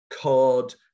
cod